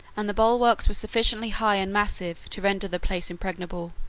and the bulwarks were sufficiently high and massive to render the place impregnable.